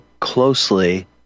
closely